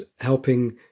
helping